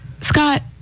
Scott